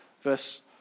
verse